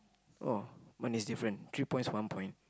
oh mine is different three points one point